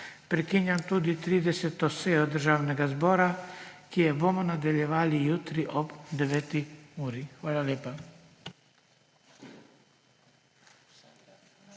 Prekinjam tudi 30. sejo Državnega zbora, ki jo bomo nadaljevali jutri ob 9. uri. Hvala lepa.